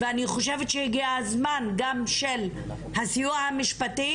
ואני חושבת שהגיע הזמן גם של הסיוע המשפטי,